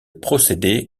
procédé